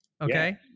okay